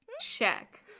check